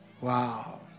Wow